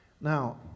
Now